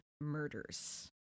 Murders